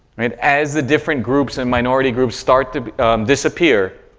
right, as the different groups and minority groups start to disappear,